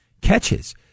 catches